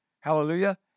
Hallelujah